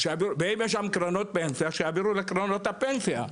ואם יש שם קרנות פנסיה שיעבירו לקרנות הפנסיה.